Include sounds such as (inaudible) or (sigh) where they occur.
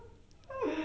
(laughs)